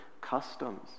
customs